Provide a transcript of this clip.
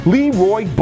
Leroy